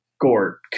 Gort